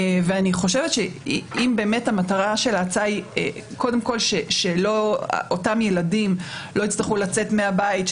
אם באמת המטרה של ההצעה קודם כול שאותם ילדים לא יצטרכו לצאת מהבית,